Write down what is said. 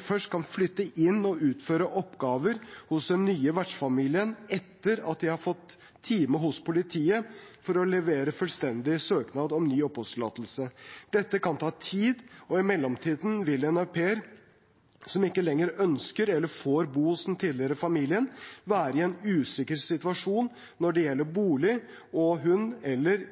først kan flytte inn og utføre oppgaver hos den nye vertsfamilien etter at de har fått time hos politiet for å levere fullstendig søknad om ny oppholdstillatelse. Dette kan ta tid, og i mellomtiden vil en au pair som ikke lenger ønsker eller får bo hos den tidligere vertsfamilien, være i en usikker situasjon når det gjelder bolig, og hun eller